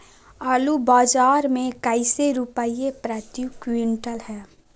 आलू बाजार मे कैसे रुपए प्रति क्विंटल है?